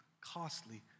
costly